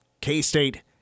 K-State